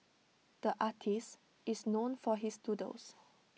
the artist is known for his doodles